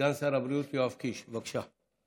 סגן שר הבריאות יואב קיש, בבקשה.